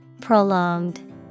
Prolonged